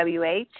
WH